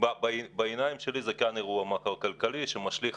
בעיניי זה כן אירוע מקרו-כלכלי שמשליך